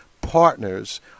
partners